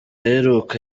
aheruka